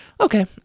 okay